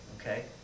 Okay